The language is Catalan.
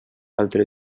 altre